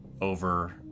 over